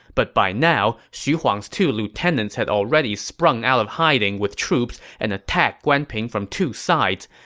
but by now, xu huang's two lieutenants had already sprung out of hiding with troops and attacked guan ping from two sides.